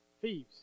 Thieves